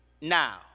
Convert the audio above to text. Now